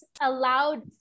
allowed